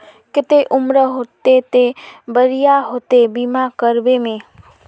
केते उम्र होते ते बढ़िया होते बीमा करबे में?